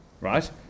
right